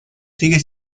sigue